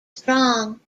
strong